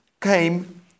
came